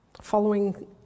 following